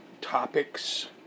topics